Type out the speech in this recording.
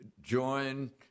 join